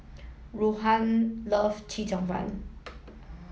Ruthann love Chee Cheong Fun